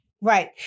Right